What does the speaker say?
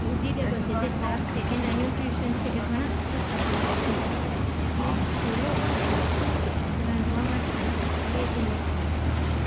vegetable છે જે શાક છે એના ન્યૂટ્રિશ્યન્સ છે એ ઘણા ઓછા થઈ જાય છે એટલે ચૂલો પણ સરસ છે રાંધવા માટે અને ગેસ ઇન્ડક્શન પણ છે